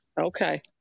Okay